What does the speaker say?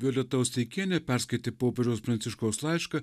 violeta osteikienė perskaitė popiežiaus pranciškaus laišką